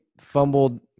fumbled